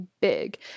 big